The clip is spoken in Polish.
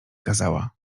kazała